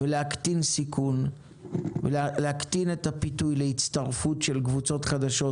להקטין סיכון ולהקטין את הפיתוי להצטרפויות של קבוצות חדשות,